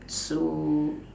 so